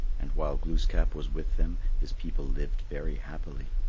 and while glooskap was with them, his people lived very happily.